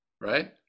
right